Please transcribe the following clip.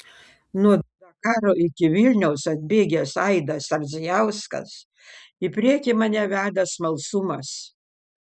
nuo dakaro iki vilniaus atbėgęs aidas ardzijauskas į priekį mane veda smalsumas